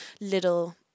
little